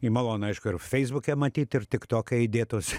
i malonu aišku ir feisbuke matyt ir tiktoke įdėtos